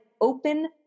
open